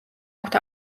აქვთ